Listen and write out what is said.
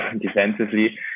defensively